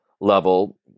level